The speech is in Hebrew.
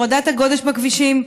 הורדת הגודש בכבישים,